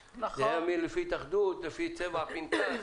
למפלגות, לפי התאחדות, לפי צבע הפנקס.